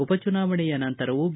ಉಪಚುನಾವಣೆಯ ನಂತರವೂ ಬಿ